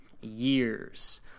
years